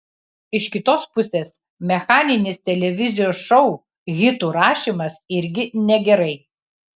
iš kitos pusės mechaninis televizijos šou hitų rašymas irgi negerai